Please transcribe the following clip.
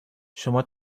شما